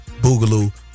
Boogaloo